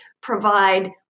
provide